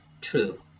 true